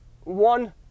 one